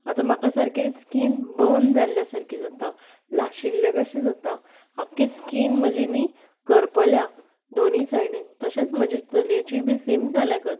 आतां म्हाका सारकें स्कीन बर्न जाल्ल्या सारकें जाता लाशिल्लें कशें जाता आख्खी स्कीन म्हजी न्हय करपल्या दोनूय सायडीन तशेंच म्हजे चलयेचीय बी सेम जाल्या गत